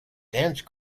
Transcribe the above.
dance